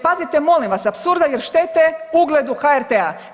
Pazite molim vas apsurda jer štete ugledu HRT-a.